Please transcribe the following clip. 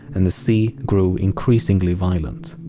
and the sea grew increasingly violent.